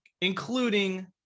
including